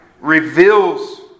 reveals